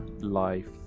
life